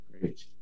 Great